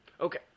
Okay